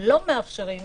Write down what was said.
לא מאפשרים